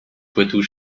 poitou